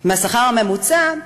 השכר הממוצע,